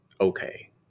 okay